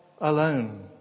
alone